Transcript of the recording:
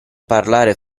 parlare